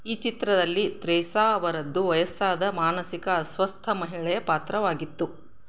ಈ ಚಿತ್ರದಲ್ಲಿ ತ್ರೇಸಾ ಅವರದ್ದು ವಯಸ್ಸಾದ ಮಾನಸಿಕ ಅಸ್ವಸ್ಥ ಮಹಿಳೆಯ ಪಾತ್ರವಾಗಿತ್ತು